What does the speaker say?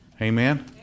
Amen